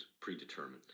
predetermined